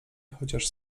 chociaż